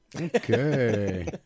Okay